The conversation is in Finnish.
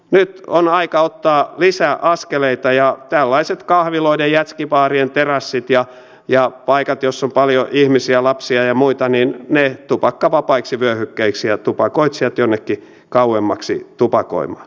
nyt on aika ottaa lisäaskeleita ja tällaiset kahviloiden jätksibaarien terassit ja paikat joissa on paljon ihmisiä lapsia ja muita tupakkavapaiksi vyöhykkeiksi ja tupakoitsijat jonnekin kauemmaksi tupakoimaan